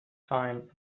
fine